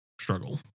struggle